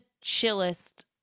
chillest